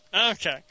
Okay